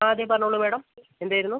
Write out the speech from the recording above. ആ അതെ പറഞ്ഞോളൂ മാഡം എന്തായിരുന്നു